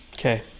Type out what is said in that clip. Okay